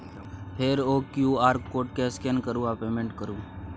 फेर ओ QR code केँ स्कैन करु आ पेमेंट करु